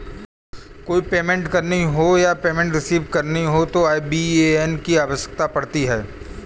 कोई पेमेंट करनी हो या पेमेंट रिसीव करनी हो तो आई.बी.ए.एन की आवश्यकता पड़ती है